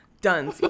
done